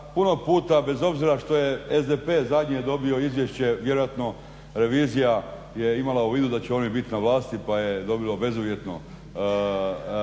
puno puta bez obzira što je SDP dobio zadnje izvješće vjerojatno revizija je imala u vidu da će oni biti na vlasti pa je dobilo bezuvjetnu ocjenu,